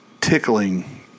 tickling